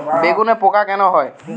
বেগুনে পোকা কেন হয়?